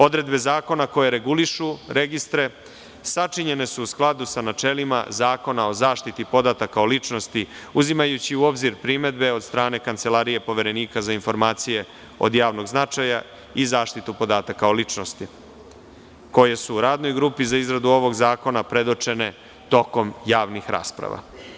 Odredbe zakona koje regulišu registre sačinjene su u skladu sa načelima Zakona o zaštiti podataka o ličnosti, uzimajući u obzir primedbe od strane Kancelarije Poverenika za informacije od javnog značaja i zaštitu podataka o ličnosti, koje su u radnoj grupi za izradu ovog zakona predočene tokom javnih rasprava.